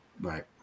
Right